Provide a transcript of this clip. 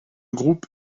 groupe